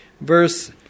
verse